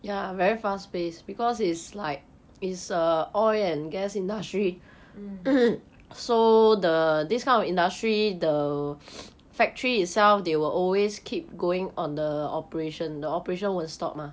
mm